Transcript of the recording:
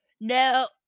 no